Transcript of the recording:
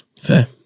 Fair